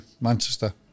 Manchester